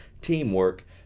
teamwork